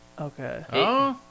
Okay